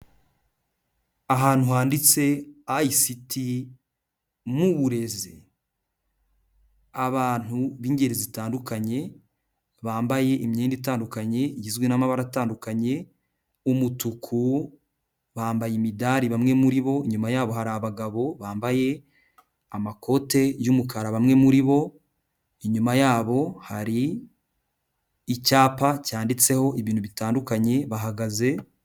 Ahantu handitse ICT n'Uburezi. Abantu b'ingeri zitandukanye bambaye imyenda itandukanye igizwe n'amabara atandukanye, umutuku. Bambaye imidari bamwe muri bo. Inyuma yaho hari abagabo bambaye amakote y'umukara bamwe muri bo. Inyuma yabo hari icyapa cyanditseho ibintu bitandukanye, bahagaze...